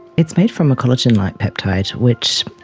it's made from a collagen like peptide which,